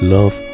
Love